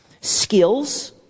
Skills